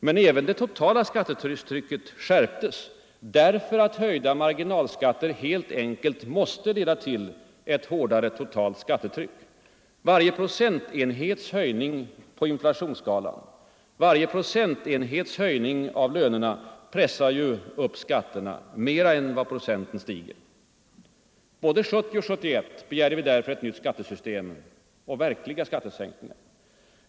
Men även det totala skattetrycket skärptes, därför att höjda marginalskatter helt enkelt måste leda till ett hårdare totalt skattetryck. Varje procentenhets höjning på inflationsskalan, varje procentenhets höjning av lönerna pressar upp skatterna mer än vad procenten stiger. Både 1970 och 1971 begärde vi därför ett nytt skattesystem och verkliga skattesänkningar.